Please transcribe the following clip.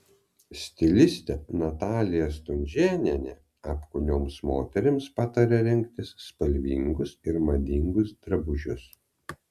stilistė natalija stunžėnienė apkūnioms moterims pataria rinktis spalvingus ir madingus drabužius